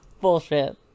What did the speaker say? Bullshit